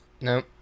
No